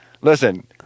listen